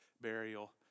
burial